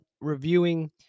reviewing